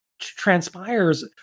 transpires